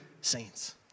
saints